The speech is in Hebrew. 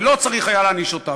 ולא היה צריך להעניש אותם.